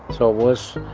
so it was.